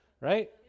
right